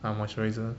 ah moisturiser